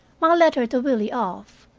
my letter to willie off,